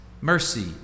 mercy